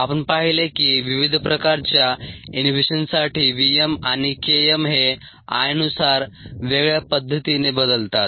आपण पाहिले आहे की विविध प्रकारच्या इनहिबिशनसाठी V m आणि K m हे I नुसार वेगळ्या पद्धतीने बदलतात